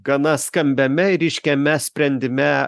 gana skambiame ryškiame sprendime